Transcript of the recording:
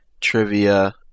trivia